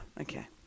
okay